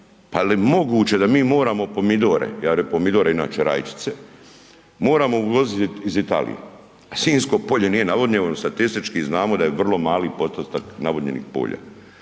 je li moguće da mi moramo pomidore, …/Govornik se ne razumije/…pomidore inače rajčice, moramo uvozit iz Italije. Sinjsko polje nije navodnjeno, statistički znamo da je vrlo mali postotak navodnjenih polja.